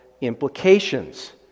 implications